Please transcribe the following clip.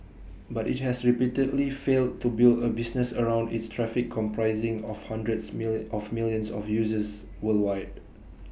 but IT has repeatedly failed to build A business around its traffic comprising of hundreds millions of millions of users worldwide